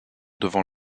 devant